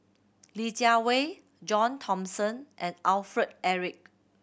Li Jiawei John Thomson and Alfred Eric